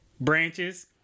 branches